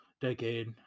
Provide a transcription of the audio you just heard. Decade